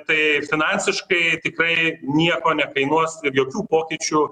tai finansiškai tikrai nieko nekainuos ir jokių pokyčių